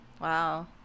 wow